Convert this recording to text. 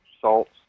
salts